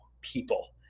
people